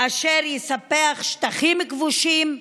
אשר יספח שטחים כבושים,